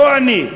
לא אני,